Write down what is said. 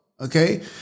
Okay